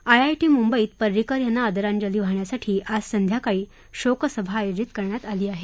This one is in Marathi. आयआयटी मुंबईत परिंकर यांना आदरांजली वाहण्यासाठी आज संध्याकाळी शोकसभा आयोजित करण्यात आली आहे